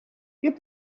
give